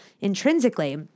intrinsically